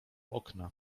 okna